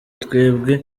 twebwe